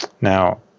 Now